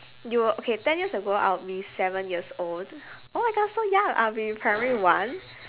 you were okay ten years ago I would be seven years old oh my god so young I'll be in primary one